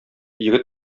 егет